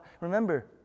remember